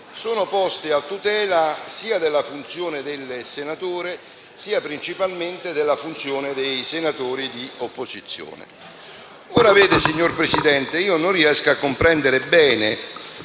siano poste a tutela sia della funzione del senatore, sia, principalmente, della funzione dei senatori di opposizione. Signor Presidente, non riesco a comprendere bene